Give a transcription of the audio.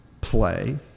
play